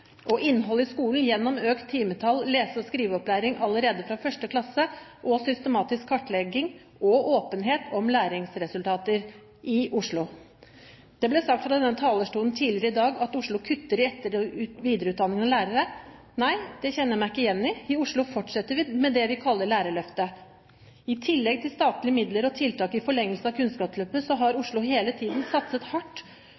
og innhold i skolen gjennom økt timetall, lese- og skriveopplæring allerede fra 1. klasse, og systematisk kartlegging og åpenhet om læringsresultater i Oslo. Det ble sagt fra denne talerstolen tidligere i dag at Oslo kutter i etter- og videreutdanning av lærere. Nei, det kjenner jeg meg ikke igjen i. I Oslo fortsetter vi med det vi kaller lærerløftet. I tillegg til statlige midler og tiltak i forlengelsen av Kunnskapsløftet har